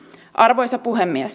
arvoisa puhemies